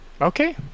Okay